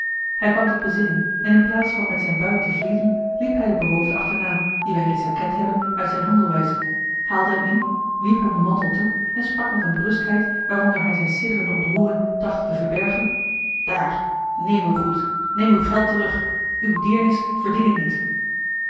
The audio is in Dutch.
hij kwam tot bezinning en in plaats van met zijn buit te vlieden liep hij den beroofde achterna dien wij reeds herkend hebben uit zijne handelwijze haalde hem in wierp hem den mantel toe en sprak met eene bruskheid waaronder hij zijne sidderende ontroering trachtte te verbergen daar neem uw goed neem uw geld terug uwe deernis verdien ik niet